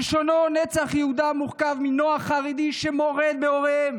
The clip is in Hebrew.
כלשונו: נצח יהודה מורכב מנוער חרדי שמורד בהוריהם,